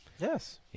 Yes